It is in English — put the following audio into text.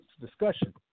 discussion